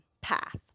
path